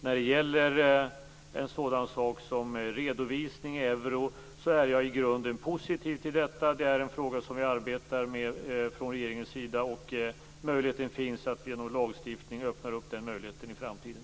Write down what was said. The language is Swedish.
Jag är i grunden positiv till redovisning i euro. Det är en fråga som vi från regeringens sida arbetar med, och det finns en möjlighet att genom lagstiftning öppna för detta i framtiden.